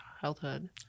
childhood